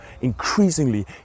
Increasingly